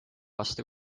aasta